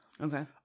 Okay